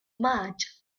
march